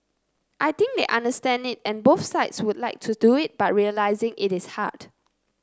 I think they understand it and both sides would like to do it but realising it is hard